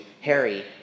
Harry